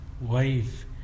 wife